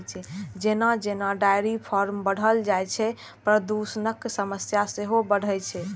जेना जेना dairy farm बढ़ल जाइ छै, प्रदूषणक समस्या सेहो बढ़ै छै